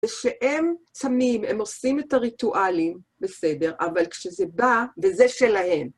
ושהם צמים, הם עושים את הריטואלים בסדר, אבל כשזה בא, וזה שלהם.